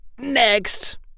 Next